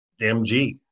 MG